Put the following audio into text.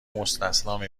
مستثنی